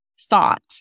thought